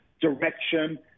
direction